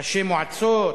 ראשי מועצות,